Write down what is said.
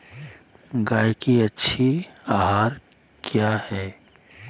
गाय के अच्छी आहार किया है?